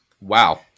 Wow